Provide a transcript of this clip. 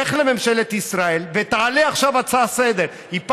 לך לממשלת ישראל ותעלה עכשיו הצעה לסדר-היום.